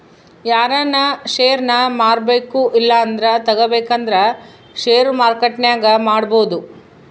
ಯಾರನ ಷೇರ್ನ ಮಾರ್ಬಕು ಇಲ್ಲಂದ್ರ ತಗಬೇಕಂದ್ರ ಷೇರು ಮಾರ್ಕೆಟ್ನಾಗ ಮಾಡ್ಬೋದು